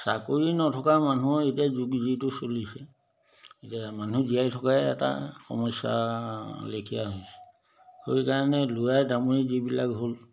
চাকৰি নথকা মানুহৰ এতিয়া যুগ যিটো চলিছে এতিয়া মানুহ জীয়াই থকাই এটা সমস্যালেখীয়া হৈছে সেইকাৰণে ল'ৰা দামৰি যিবিলাক হ'ল